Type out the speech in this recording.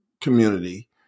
community